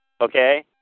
okay